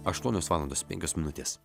aštuonios valandos penkios minutės